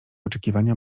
oczekiwania